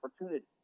opportunity